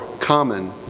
common